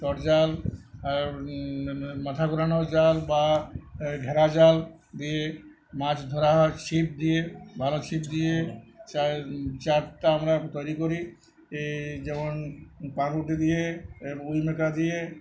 চট জাল আর মাথা ঘোরানোর জাল বা ঘেরা জাল দিয়ে মাছ ধরা হয় ছিপ দিয়ে ভালো ছিপ দিয়ে চা চার টা আমরা তৈরি করি এই যেমন পাউরুটি দিয়ে দিয়ে